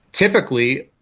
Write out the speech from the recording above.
typically,